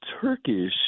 Turkish